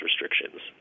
restrictions